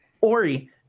Ori